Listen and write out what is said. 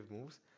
moves